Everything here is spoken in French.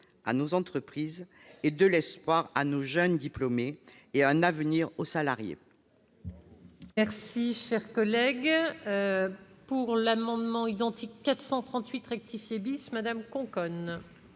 à nos entreprises, de l'espoir à nos jeunes diplômés et un avenir aux salariés.